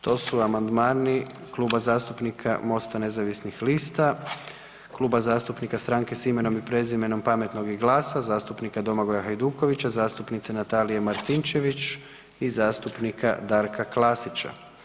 To su amandmani Kluba zastupnika Mosta nezavisnih lista, Kluba zastupnika Stranke s imenom i prezimenom, Pametnog i GLAS-a, zastupnika Domagoja Hajdukovića, zastupnice Natalije Martinčević i zastupnika Darka Klasića.